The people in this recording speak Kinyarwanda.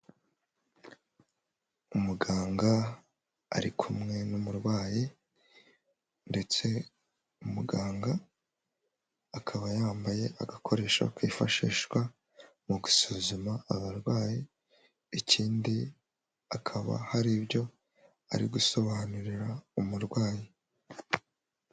Umuganga ari kumwe n'umurwayi ndetse umuganga akaba yambaye agakoresho kifashishwa mu gusuzuma abarwayi, ikindi akaba hari ibyo ari gusobanurira umurwayi.